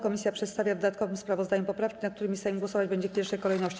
Komisja przedstawia w dodatkowym sprawozdaniu poprawki, nad którymi Sejm głosować będzie w pierwszej kolejności.